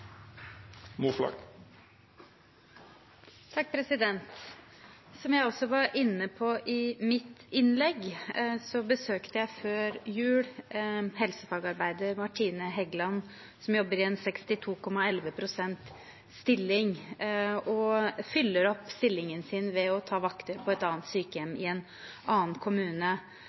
Som jeg også var inne på i mitt innlegg, besøkte jeg før jul helsefagarbeider Martine Hægland, som jobber i en 62,11 pst. stilling og fyller opp stillingen sin ved å ta vakter på et annet sykehjem i en annen kommune.